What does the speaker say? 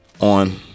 on